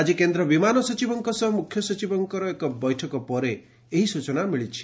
ଆକି କେନ୍ଦ୍ର ବିମାନ ସଚିବଙ୍କ ସହ ମୁଖ୍ୟସଚିବଙ୍କ ଏକ ବୈଠକ ପରେ ଏହି ସ୍ଚନା ମିଳିଛି